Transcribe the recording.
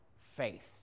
faith